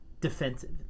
defensive